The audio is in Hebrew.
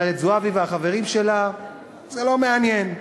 אבל את זועבי והחברים שלה זה לא מעניין.